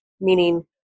meaning